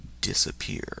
disappear